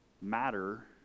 matter